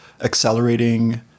accelerating